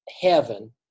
heaven